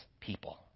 people